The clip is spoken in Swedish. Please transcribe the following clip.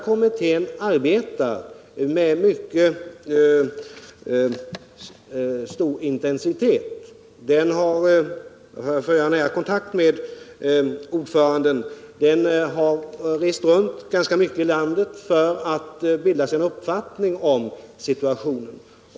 Kommittén arbetar med stor intensitet. Den har rest runt mycket i landet för att bilda sig en uppfattning om situationen.